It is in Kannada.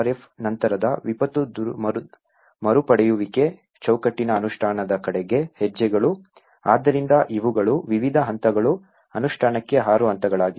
ಇಲ್ಲಿಯೇ PDRF ನಂತರದ ವಿಪತ್ತು ಮರುಪಡೆಯುವಿಕೆ ಚೌಕಟ್ಟಿನ ಅನುಷ್ಠಾನದ ಕಡೆಗೆ ಹೆಜ್ಜೆಗಳು ಆದ್ದರಿಂದ ಇವುಗಳು ವಿವಿಧ ಹಂತಗಳು ಅನುಷ್ಠಾನಕ್ಕೆ 6 ಹಂತಗಳಾಗಿವೆ